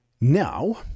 now